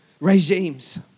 regimes